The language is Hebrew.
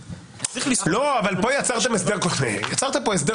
צריך לזכור ש --- אבל יצרתם פה הסדר